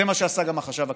זה מה שעשה גם החשב הכללי.